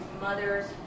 mothers